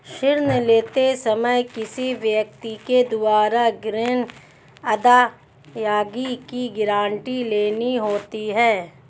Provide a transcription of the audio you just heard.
ऋण लेते समय किसी व्यक्ति के द्वारा ग्रीन अदायगी की गारंटी लेनी होती है